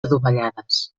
adovellades